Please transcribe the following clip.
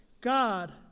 God